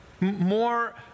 more